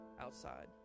outside